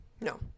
No